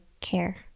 care